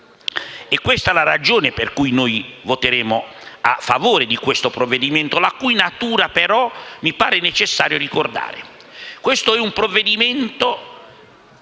Questa è la ragione per cui noi voteremo a favore di questo provvedimento, la cui natura, però, mi pare necessario ricordare. Questo è un provvedimento